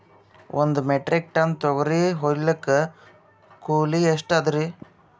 ಒಂದ್ metric ton ತೊಗರಿ ಹೋಯಿಲಿಕ್ಕ ಕೂಲಿ ಎಷ್ಟ ಅದರೀ?